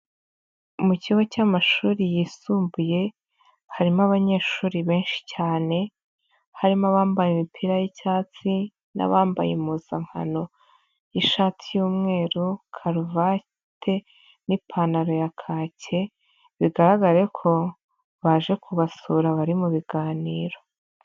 Mu kigo cy'amashuri yisumbuye harimo abanyeshuri benshi cyane, harimo abambara imipira y'icyatsi n'abambaye impuzankano y'ishati y'umweru, karuvate n'ipantaro ya kake, bigaragare ko baje kubasura bari mu biganiro.